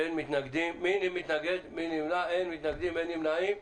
אין מתנגדים, אין נמנעים,